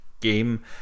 game